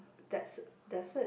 that's that's it